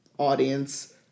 Audience